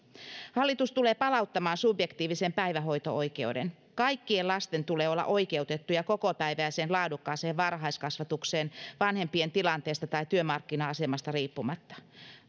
hallitus tulee palauttamaan subjektiivisen päivähoito oikeuden kaikkien lasten tulee olla oikeutettuja kokopäiväiseen laadukkaaseen varhaiskasvatukseen vanhempien tilanteesta tai työmarkkina asemasta riippumatta